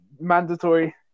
mandatory